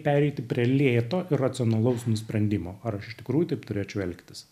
pereiti prie lėto racionalaus nusprendimo ar aš iš tikrųjų taip turėčiau elgtis